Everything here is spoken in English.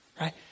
Right